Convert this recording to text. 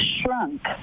shrunk